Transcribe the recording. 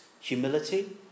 humility